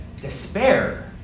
despair